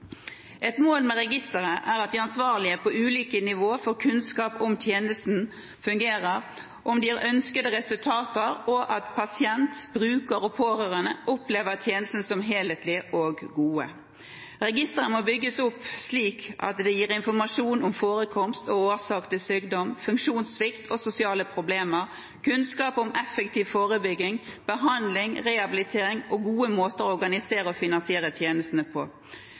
Et mål med registeret er at de ansvarlige på ulike nivå får kunnskap om hvorvidt tjenestene fungerer, om de gir ønskede resultater og om pasient, bruker og pårørende opplever tjenestene som helhetlige og gode. Registeret må bygges opp slik at det gir informasjon om forekomst og årsak til sykdom, funksjonssvikt og sosiale problemer, kunnskap om effektiv forebygging, behandling, rehabilitering og gode måter å organisere og finansiere tjenestene på.